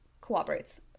cooperates